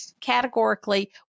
categorically